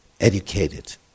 educated